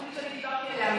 התוכנית שדיברתי עליה,